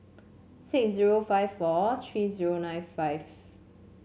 six zero five four tree zero nine five